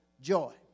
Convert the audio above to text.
joy